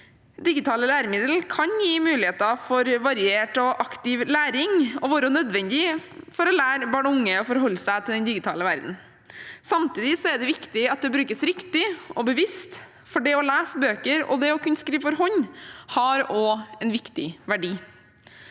Digitale læremidler kan gi muligheter for variert og aktiv læring og være nødvendig for å lære barn og unge å forholde seg til den digitale verdenen. Samtidig er det viktig at det brukes riktig og bevisst, for det å lese bøker og det å kunne skrive for hånd har også en viktig verdi.